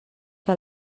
que